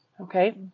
Okay